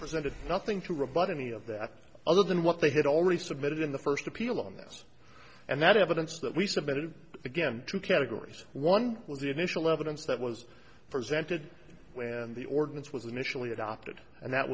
presented nothing to rebut any of that other than what they had already submitted in the first appeal on this and that evidence that we submitted again two categories one was the initial evidence that was presented when the ordinance was initially adopted and that